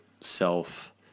self